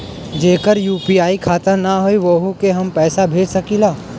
जेकर यू.पी.आई खाता ना होई वोहू के हम पैसा भेज सकीला?